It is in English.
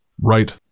Right